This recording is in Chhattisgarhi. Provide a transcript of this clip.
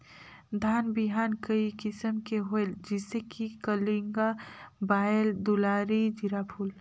धान बिहान कई किसम के होयल जिसे कि कलिंगा, बाएल दुलारी, जीराफुल?